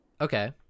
Okay